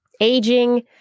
aging